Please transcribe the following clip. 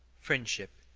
friendship,